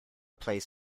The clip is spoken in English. plays